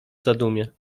zadumie